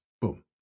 boom